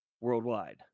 worldwide